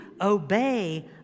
obey